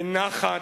בנחת,